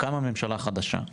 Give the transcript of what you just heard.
קמה ממשלה חדשה.